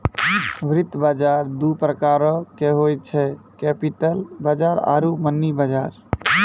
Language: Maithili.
वित्त बजार दु प्रकारो के होय छै, कैपिटल बजार आरु मनी बजार